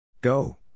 Go